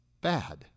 bad